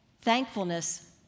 Thankfulness